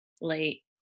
Late